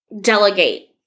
delegate